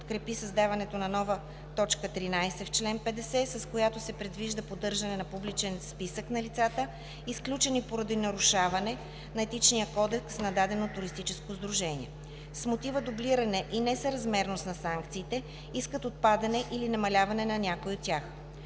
подкрепи създаването на нова т. 13 в чл. 50, с която се предвижда поддържане на публичен списък на лицата, изключени поради нарушаване на етичния кодекс на дадено туристическо сдружение. С мотива дублиране и несъразмерност на санкциите искат отпадане или намаляване на някои от тях.